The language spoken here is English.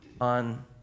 on